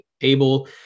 able